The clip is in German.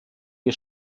wir